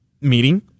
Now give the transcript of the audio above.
meeting